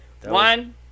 One